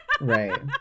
right